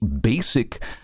basic